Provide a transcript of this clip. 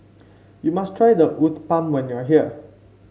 you must try Uthapam when you are here